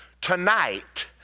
Tonight